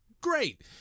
Great